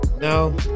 No